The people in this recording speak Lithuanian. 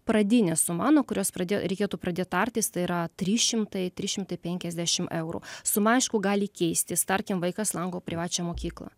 pradinė suma nuo kurios pradė reikėtų pradėt tartis tai yra trys šimtai trys šimtai penkiasdešim eurų sumai aišku gali keistis tarkim vaikas lanko privačią mokyklą